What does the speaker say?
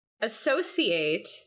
associate